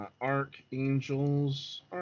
Archangels